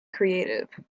creative